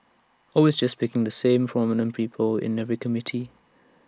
always just picking the same old prominent people in every committee